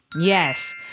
Yes